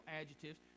adjectives